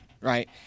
right